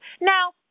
Now